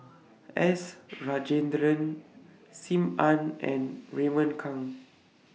S Rajendran SIM Ann and Raymond Kang